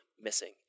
missing